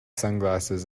sunglasses